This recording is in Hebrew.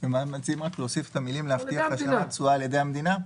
מציעים להוסיף את המילים "להבטיח השלמת תשואה על ידי המדינה"?